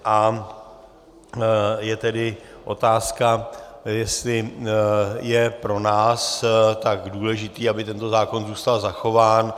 A je tedy otázka, jestli je pro nás tak důležité, aby tento zákon zůstal zachován.